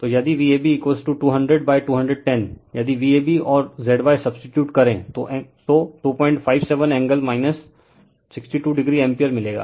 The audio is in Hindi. तो यदि Vab200 210 यदि Vab और Z y सब्सटीटयूट करे तो 257 एंगल 62o एम्पीयर मिलेगा